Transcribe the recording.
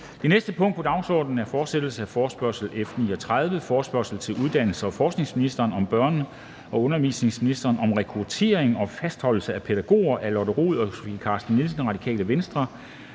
Det næste punkt på dagsordenen er: 2) Fortsættelse af forespørgsel nr. F 39 [afstemning]: Forespørgsel til uddannelses- og forskningsministeren og børne- og undervisningsministeren om rekruttering og fastholdelse af pædagoger. Af Lotte Rod (RV) og Sofie Carsten Nielsen (RV).